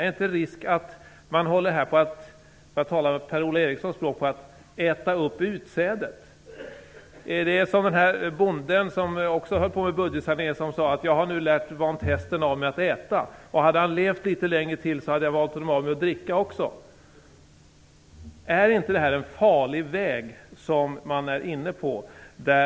Är det inte risk att man, för att tala Per-Ola Erikssons språk, håller på att äta upp utsädet? Det är ungefär som den bonde sade som också höll på med budgetsanering: Jag har nu vant hästen av med att äta, och hade han levt litet längre hade jag vant honom av med att dricka också. Är inte det här en farlig väg som man är inne på?